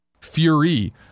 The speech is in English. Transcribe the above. Fury